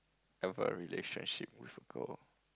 ever relationship with a girl